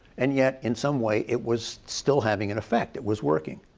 and yet in some way it was still having an effect. it was working.